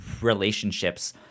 relationships